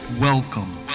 Welcome